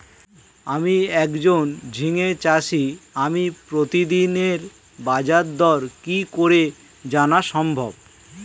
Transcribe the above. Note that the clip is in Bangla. আমি একজন ঝিঙে চাষী আমি প্রতিদিনের বাজারদর কি করে জানা সম্ভব?